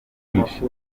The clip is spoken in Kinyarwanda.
nyinshi